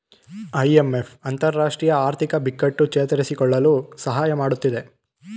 IMF ಅಂತರರಾಷ್ಟ್ರೀಯ ಆರ್ಥಿಕ ಬಿಕ್ಕಟ್ಟು ಚೇತರಿಸಿಕೊಳ್ಳಲು ಸಹಾಯ ಮಾಡತ್ತಿದೆ